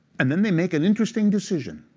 and then they make an interesting decision.